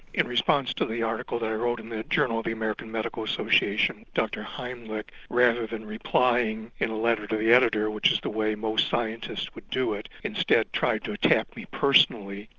in response to the article i wrote in the journal of the american medical association dr heimlich, rather than replying in a letter to the editor, which is the way most scientists would do it, instead tried to attack me personally,